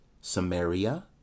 Samaria